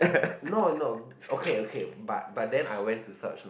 no no okay okay but but then I went to search like